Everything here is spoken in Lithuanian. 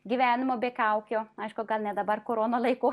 gyvenimo be kaukių aišku gal ne dabar korono laiku